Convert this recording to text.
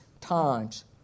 times